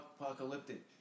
apocalyptic